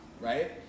right